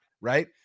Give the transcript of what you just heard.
right